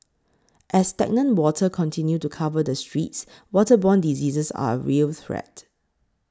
as stagnant water continue to cover the streets waterborne diseases are a real threat